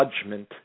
judgment